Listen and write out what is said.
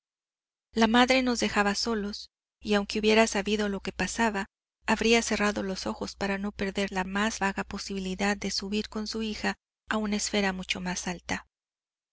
la madre nos dejaba solos y aunque hubiera sabido lo que pasaba habría cerrado los ojos para no perder la más vaga posibilidad de subir con su hija a una esfera mucho más alta